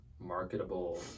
marketable